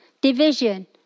division